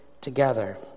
together